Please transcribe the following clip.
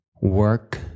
work